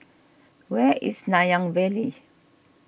where is Nanyang Valley